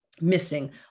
missing